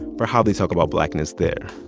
for how they talk about blackness there.